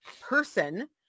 person